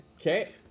Okay